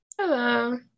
Hello